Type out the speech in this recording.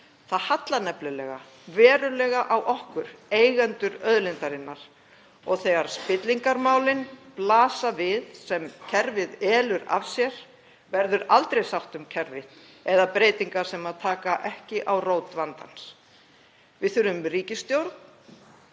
Það hallar nefnilega verulega á okkur, eigendur auðlindarinnar. Og þegar spillingarmálin blasa við sem kerfið elur af sér, verður aldrei sátt um kerfið eða breytingar sem taka ekki á rót vandans. Við þurfum ríkisstjórn